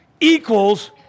equals